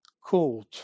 called